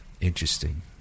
interesting